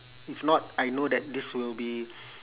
if not I know that this will be